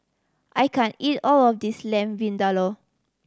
I can't eat all of this Lamb Vindaloo